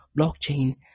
blockchain